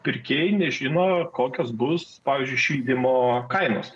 pirkėjai nežinojo kokios bus pavyzdžiui šildymo kainos